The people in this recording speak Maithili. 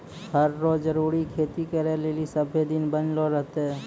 हर रो जरूरी खेती करै लेली सभ्भे दिन बनलो रहतै